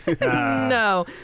No